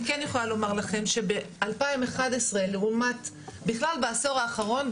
אני כן יכולה לומר לכם שב-2011 לעומת בכלל העשור האחרון,